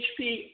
HP